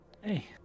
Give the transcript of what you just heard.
Hey